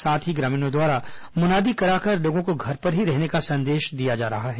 साथ ही ग्रामीणों द्वारा मुनादी कराकर लोगों को घर में ही रहने का संदेश दिया जा रहा है